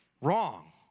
Wrong